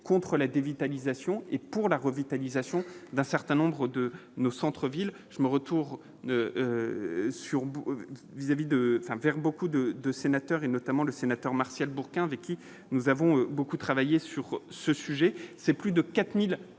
contre la dévitalisation et pour la revitalisation d'un certain nombre de nos centre-ville je me retour ne sur vis-à-vis de ça va faire beaucoup de de sénateurs et notamment le sénateur Martial Bourquin avec qui nous avons beaucoup travaillé sur ce sujet, c'est plus de 4000 projets